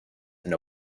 and